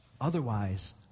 Otherwise